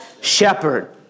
shepherd